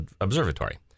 Observatory